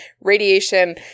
radiation